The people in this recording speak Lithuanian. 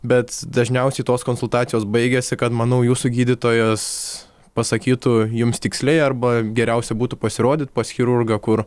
bet dažniausiai tos konsultacijos baigiasi kad manau jūsų gydytojas pasakytų jums tiksliai arba geriausia būtų pasirodyt pas chirurgą kur